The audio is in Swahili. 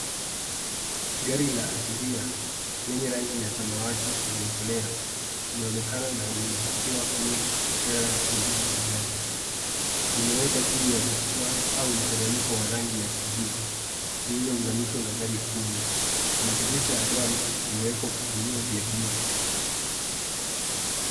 Gari la abiria lenye rangi ya samawati iliyokolea inaonekana na imepakiwa kwenye trela ya kubebea magari. Imeekwa juu ya jukwaa au mteremko wa rangi ya kijivu iliyounganishwa na gari kubwa. Madirisha ya gari yamewekwa vioo vya giza.